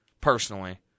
personally